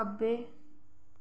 खब्बै